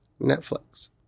Netflix